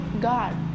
God